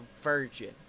virgin